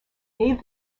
gave